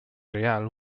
real